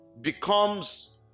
becomes